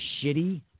shitty